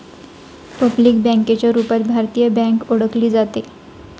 public बँकेच्या रूपात भारतीय बँक ओळखली जाते